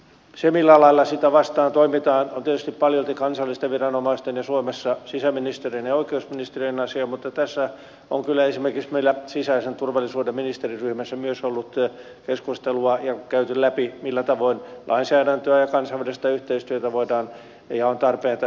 se millä lailla sitä vastaan toimitaan on tietysti paljolti kansallisten viranomaisten ja suomessa sisäministeriön ja oikeusministeriön asia mutta tässä on kyllä esimerkiksi meillä sisäisen turvallisuuden ministeriryhmässä myös ollut keskustelua ja käyty läpi millä tavoin lainsäädäntöä ja kansainvälistä yhteistyötä voidaan ja on tarpeen tässä tehostaa